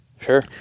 Sure